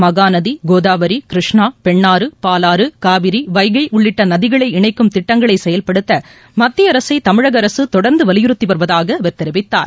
மகாநதி கோதாவரி கிருஷ்ணா பெண்ணாறு பாலாறு காவிரி வைகை உள்ளிட்ட நதிகளை இணைக்கும் திட்டங்களை செயல்படுத்த மத்திய அரசை தமிழக அரசு தொடர்ந்து வலியுறுத்தி வருவதாக அவர் தெரிவித்தார்